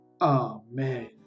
Amen